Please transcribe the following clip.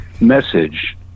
message